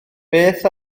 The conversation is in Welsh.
beth